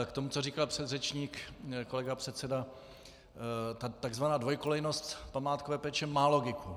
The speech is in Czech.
K tomu, co říkal předřečník kolega předseda, takzvaná dvojkolejnost památkové péče má logiku.